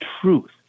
truth